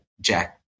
Jack